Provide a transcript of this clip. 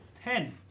Ten